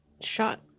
shot